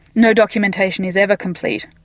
no documentation is ever complete.